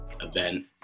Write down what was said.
event